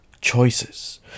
choices